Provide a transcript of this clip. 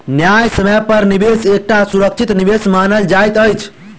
न्यायसम्य पर निवेश एकटा सुरक्षित निवेश मानल जाइत अछि